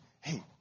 Hey